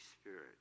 Spirit